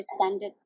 standard